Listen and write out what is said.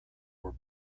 were